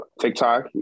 TikTok